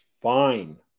fine